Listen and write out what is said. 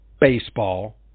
baseball